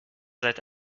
seid